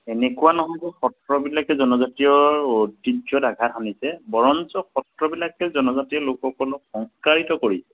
এনেকুৱা নহয় যে সত্ৰবিলাকে জনজাতীয় ঐতিহ্যত আঘাত সানিছে বৰঞ্চ সত্ৰবিলাকে জনজাতীয় লোকসকলক সংস্কাৰিত কৰিছে